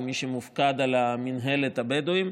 כמי שמופקד על מינהלת הבדואים.